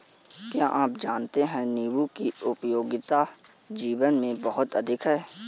क्या आप जानते है नीबू की उपयोगिता जीवन में बहुत अधिक है